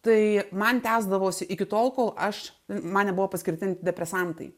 tai man tęsdavosi iki tol kol aš man nebuvo paskirti antidepresantai